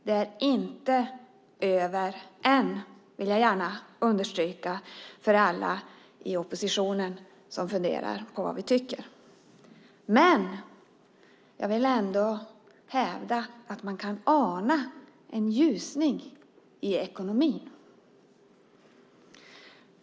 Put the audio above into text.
Det är inte över än, vill jag gärna understryka för alla i oppositionen som funderar på vad vi tycker. Men jag vill ändå hävda att man kan ana en ljusning i ekonomin.